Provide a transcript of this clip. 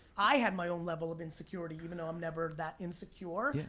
i had my own level of insecurity, even though i'm never that insecure.